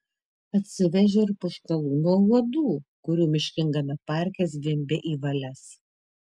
atsivežė ir purškalų nuo uodų kurių miškingame parke zvimbė į valias